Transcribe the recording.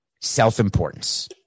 self-importance